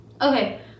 Okay